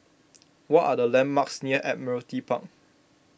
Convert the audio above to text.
what are the landmarks near Admiralty Park